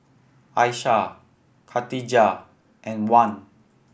Aishah Katijah and Wan